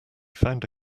found